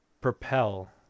propel